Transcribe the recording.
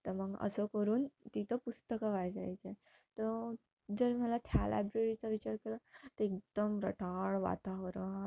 तर मग असं करून तिथं पुस्तकं वाचायचं तर जर मला त्या लायब्ररीचा विचार केला तर एकदम रटाळ वातावरण